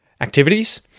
activities